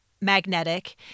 magnetic